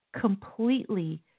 completely